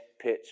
pitch